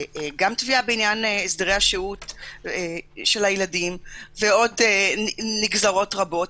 גם תביעה בעניין הסדרי השהות של הילדים ועוד נגזרות רבות,